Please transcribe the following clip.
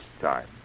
time